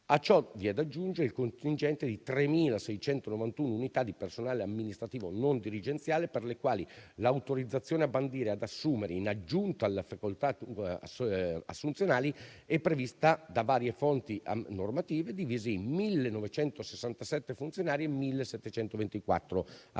A ciò è da aggiungere il contingente di 3.691 unità di personale amministrativo non dirigenziale, per le quali l'autorizzazione a bandire e ad assumere in aggiunta alle facoltà assunzionali è prevista da varie fonti normative divise in 1.967 funzionari e 1.724 assistenti.